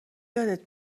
یادت